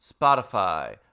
Spotify